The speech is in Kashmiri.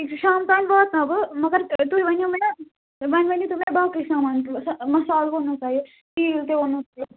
ٹھیٖک چھُ شام تانۍ واتناو بہٕ مگر تُہۍ ؤنِو مےٚ وَنۍ ؤنِو تُہۍ مےٚ باقٕے سامان مصال ووٚنوٕ تۄہہِ تیٖل تہِ